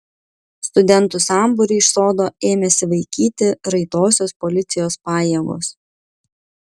studentų sambūrį iš sodo ėmėsi vaikyti raitosios policijos pajėgos